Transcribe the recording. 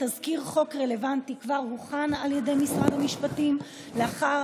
תזכיר חוק רלוונטי כבר הוכן על ידי משרד המשפטים,